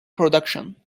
production